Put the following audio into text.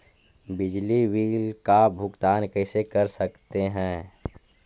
बिजली बिल का भुगतान कैसे कर सकते है?